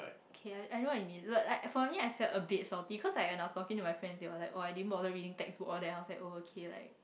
okay lar I know what you mean like for me I think a bit salty cause I was talking with my friend they all like oh I didn't bother reading textbook oh okay like